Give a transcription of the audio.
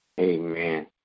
Amen